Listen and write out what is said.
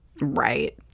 Right